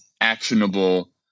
actionable